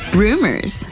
rumors